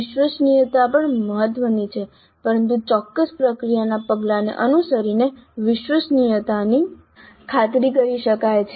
વિશ્વસનીયતા પણ મહત્વની છે પરંતુ ચોક્કસ પ્રક્રિયાના પગલાંને અનુસરીને વિશ્વસનીયતાની ખાતરી કરી શકાય છે